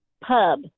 pub